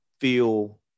feel